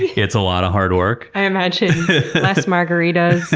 it's a lot of hard work. i imagine less margaritas,